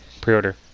Pre-order